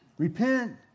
Repent